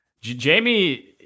Jamie